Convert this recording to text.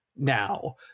now